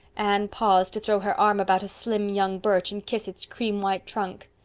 anne paused to throw her arm about a slim young birch and kiss its cream-white trunk.